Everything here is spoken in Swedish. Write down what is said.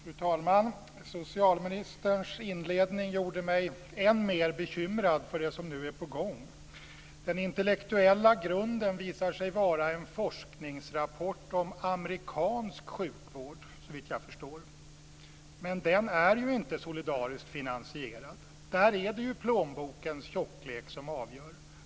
Fru talman! Socialministerns inledning gjorde mig än mer bekymrad för det som nu är på gång. Den intellektuella grunden visar sig vara en forskningsrapport om amerikansk sjukvård, såvitt jag förstår. Men den är ju inte solidariskt finansierad! Där är det ju plånbokens tjocklek som avgör.